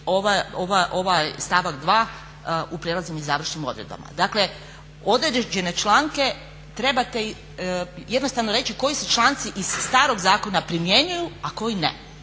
ovaj stavak 2. u prijelaznim i završnim odredbama. Dakle, određene članke trebate jednostavno reći koji se članci iz starog zakona primjenjuju, a koji ne.